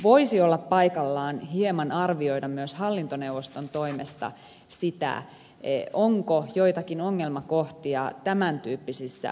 voisi olla paikallaan hieman arvioida myös hallintoneuvoston toimesta sitä onko joitakin ongelmakohtia tämän tyyppisissä asioissa